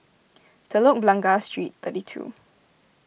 Telok Blangah Street thirty two